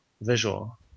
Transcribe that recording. visual